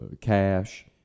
cash